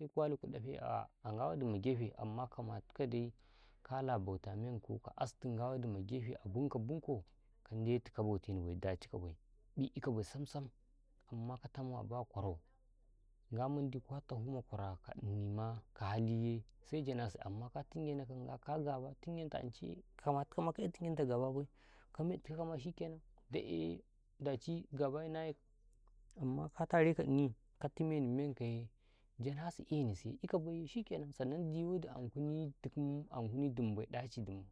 ﻿Seku wali ku ɗafe a Ngwawadi ma gefe amma kama tikaw dai kala bauta menko seka astu Ngwawadi ma gefe a bumko-bumko kandetu ka bauteni dacikabai ƃi ikabai sam-sam amma ka tamu abakwaro Nga mandi ka tahu makwaro ka inima ka haliye se janasi amma ka tingenaw ka nga ka gaba tingenta ance kama tikawma ka'yai tingenta gababai ka mettikaka ma shikenan dakye dachigabayi naye amma ka tareeka ini ka timeni men kaye janasi enisiye enibaiye shikkenan sannan diwodi ankuni dum ankuni dumbai dachi dumbai,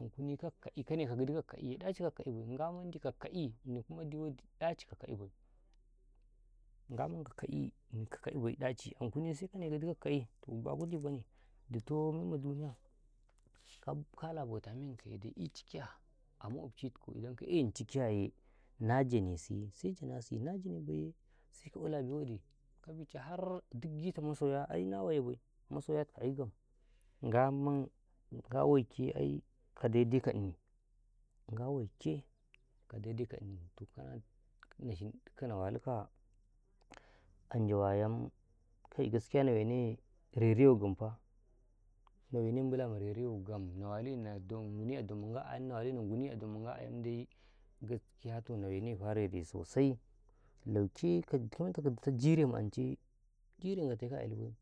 ankuni kakka'eh kaneko gidi kakka'eh dachi kakka'ehbai ngabandi kakka'eh innike diwodi dachi kaka'ehbai, ngabandi ka ka'eh ini kakka'ehbai bawai kutibaine ditoo menma duniya kala bota mentikaye ecikiya a makwobcitiko na jenesiyee sai janasi na jenebaiyee sai ka ula biwadi kabice harr duk gita masoya na wayebai masoya kakai gam nga ngawaike ai ka daidai ka ini, nga waike ka daidai ka innii to kana na shindikaiye na walika jyowo ayenmu kai gaskiya na weno reriyau gamfaa nawene mula ma reriyau gam nawalukai na guni a domma nga ayam, nanguni adaom ma nga ayam gaskiya to na wene tukau reriyau gam sosai lauke ka mentaka dito jire ma ancey, jire ngateko a kyeli banza bai.